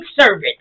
servant